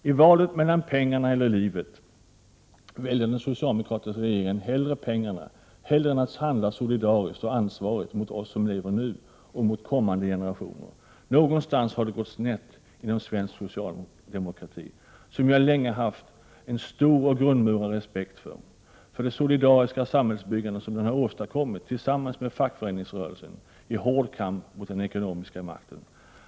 I valet mellan pengarna eller livet väljer den socialdemokratiska regeringen hellre pengarna — hellre än att handla solidariskt och ansvarigt mot oss som lever nu och mot kommande generationer. Någonstans har det gått snett inom svensk socialdemokrati, som jag länge har haft en stor och grundmurad respekt för, för det solidariska samhällsbyggande som den har åstadkommit tillsammans med fackföreningsrörelsen i hård kamp mot den ekonomiska makten.